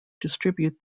distribute